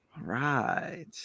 Right